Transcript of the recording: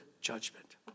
judgment